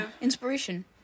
Inspiration